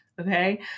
Okay